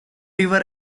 river